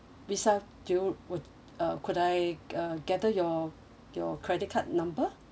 Visa do you would uh could I uh gather your your credit card number